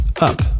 up